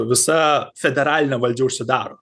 visa federalinė valdžia užsidaro